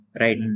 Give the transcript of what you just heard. right